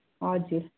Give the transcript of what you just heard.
हजुर